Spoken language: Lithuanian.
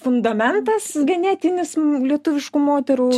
fundamentas genetinis lietuviškų moterų